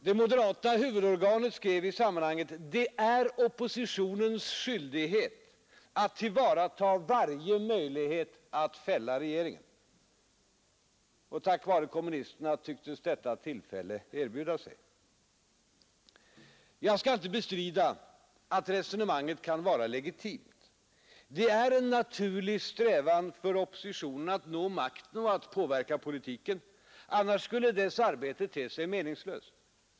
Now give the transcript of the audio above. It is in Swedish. Det moderata huvudorganet skrev nyligen: ”Det är oppositionens skyldighet att tillvarata varje möjlighet att fälla regeringen.” Tack vare kommunisterna tycktes detta tillfälle erbjuda sig. Jag skall inte bestrida att resonemanget kan vara legitimt. Det är en naturlig strävan för oppositionen att nå makten och att påverka politiken, annars skulle dess arbete te sig meningslöst.